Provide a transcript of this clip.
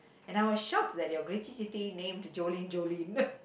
and I was shocked that your Grace named Jolene Jolene